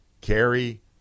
carry